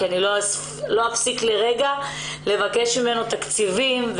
כי אני לא אפסיק לרגע לבקש ממנו תקציבים,